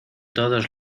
todos